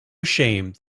ashamed